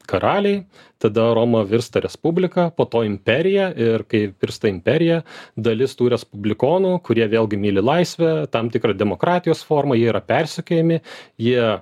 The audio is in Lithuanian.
karaliai tada roma virsta respublika po to imperija ir kai virsta imperija dalis tų respublikonų kurie vėlgi myli laisvę tam tikrą demokratijos formą jie yra persekiojami jie